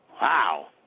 Wow